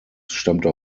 stammte